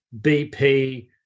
BP